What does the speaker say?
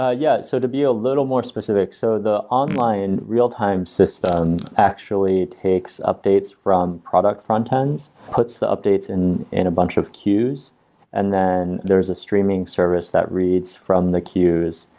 ah yeah, so to be a little more specific, so the online real time system actually takes updates from product front ends, puts the updates in in a bunch of queues and then there is a streaming service that reads from the queues,